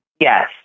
Yes